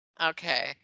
Okay